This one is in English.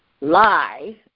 lie